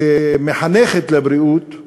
שמחנכת לבריאות,